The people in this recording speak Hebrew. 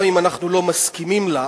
גם אם אנחנו לא מסכימים לה,